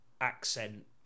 accent